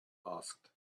asked